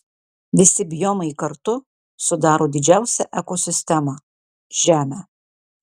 visi biomai kartu sudaro didžiausią ekosistemą žemę